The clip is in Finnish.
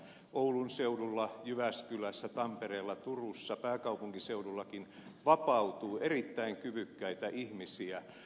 oulun seudulla jyväskylässä tampereella turussa pääkaupunkiseudullakin vapautuu erittäin kyvykkäitä ihmisiä